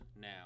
now